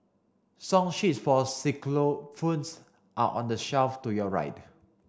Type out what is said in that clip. song sheets for xylophones are on the shelf to your right